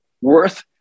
worth